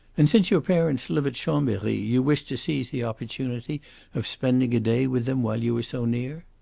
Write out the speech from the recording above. and since your parents live at chambery you wished to seize the opportunity of spending a day with them while you were so near?